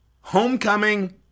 Homecoming